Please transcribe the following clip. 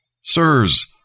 Sirs